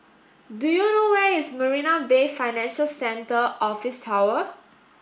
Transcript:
do you know where is Marina Bay Financial Centre Office Tower